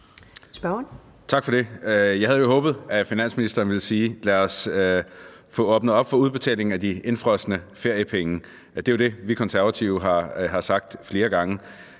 Tak for det. Jeg havde jo håbet, at finansministeren ville sige: Lad os få åbnet op for udbetalingen af de indefrosne feriepenge. Det er jo det, som vi konservative har sagt flere gange.